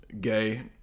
gay